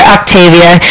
Octavia